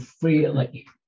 freely